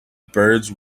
birds